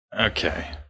Okay